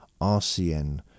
RCN